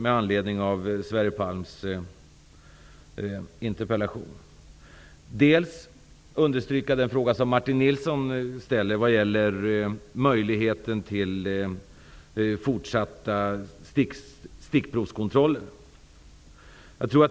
I anledning av Sverre Palms interpellation vill jag fråga två saker. Jag vill först betona den fråga som Martin Nilsson ställde när det gäller möjligheten till fortsatta stickprovskontroller.